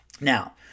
Now